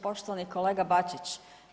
Poštovani kolega Bačić.